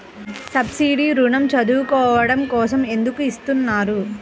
Subsidy ఋణం చదువుకోవడం కోసం ఎందుకు ఇస్తున్నారు?